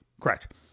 Correct